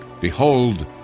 Behold